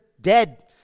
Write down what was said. dead